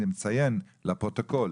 אני מציין לפרוטוקול,